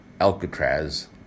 Alcatraz